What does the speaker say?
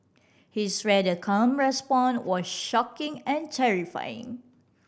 his rather calm response was shocking and terrifying